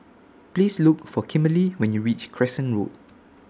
Please Look For Kimberley when YOU REACH Crescent Road